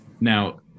Now